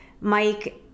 Mike